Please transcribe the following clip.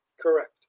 Correct